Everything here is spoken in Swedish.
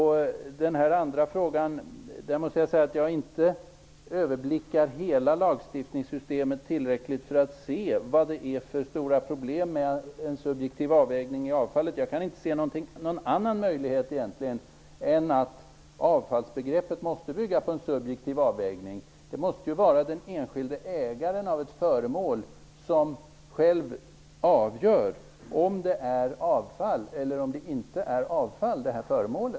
Beträffande den andra frågan måste jag säga att jag inte tillräckligt kan överblicka hela lagstiftningen för att kunna se vad det är för stora problem med en subjektiv avvägning angående avfallet. Jag kan inte se någon annan möjlighet än att avfallsbegreppet måste bygga på en subjektiv avvägning. Det måste ju vara den enskilde ägaren av ett föremål som själv avgör om föremålet är att betrakta som avfall eller inte.